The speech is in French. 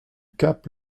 cap